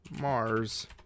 Mars